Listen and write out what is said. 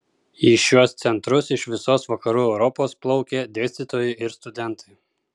į šiuos centrus iš visos vakarų europos plaukė dėstytojai ir studentai